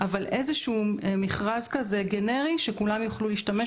אבל איזשהו מכרז גנרי שכולם יוכלו להשתמש בו.